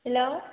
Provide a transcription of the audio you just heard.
hello